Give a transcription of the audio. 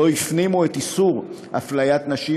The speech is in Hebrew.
עדיין לא הפנימו את איסור אפליית נשים,